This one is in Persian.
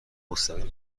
مستقیم